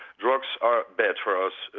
drugs are bad for us.